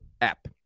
app